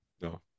no